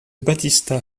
batista